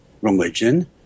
religion